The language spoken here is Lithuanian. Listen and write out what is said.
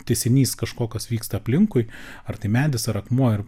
tęsinys kažko kas vyksta aplinkui ar tai medis ar akmuo ir